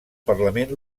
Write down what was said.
parlament